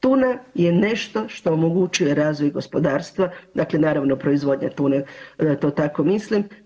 Tuna je nešto što omogućuje razvoj gospodarstva, dakle naravno proizvodnja tune to tako mislim.